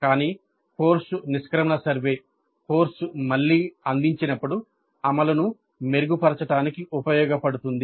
కానీ కోర్సు నిష్క్రమణ survey course మళ్లీ అందించినప్పుడు అమలును మెరుగుపరచడానికి ఉపయోగపడుతుంది